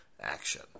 action